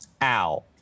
Al